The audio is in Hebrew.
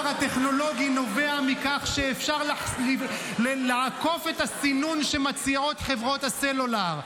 הפער הטכנולוגי נובע מכך שאפשר לעקוף את הסינון שמציעות חברות הסלולר.